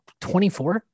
24